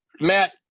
Matt